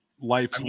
life